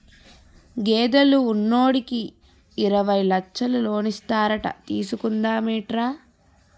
గేదెలు ఉన్నోడికి యిరవై లచ్చలు లోనిస్తారట తీసుకుందా మేట్రా